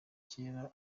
keza